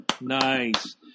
Nice